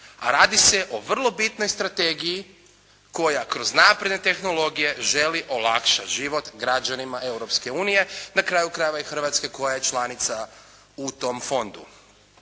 a radi se o vrlo bitnoj strategiji koja kroz napredne tehnologije želi olakšati život građanima Europske unije, na kraju krajeva i Hrvatske koja je članica u tom fondu.